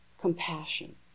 compassion